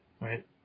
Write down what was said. right